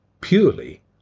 purely